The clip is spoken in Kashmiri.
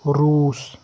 روٗس